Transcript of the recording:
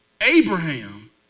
Abraham